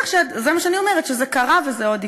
זה מה שאני אומרת, שזה קרה וזה עוד יקרה.